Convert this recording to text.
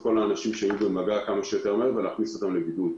שיותר מהר את כל האנשים שהיו במגע ולהכניס אותם לבידוד.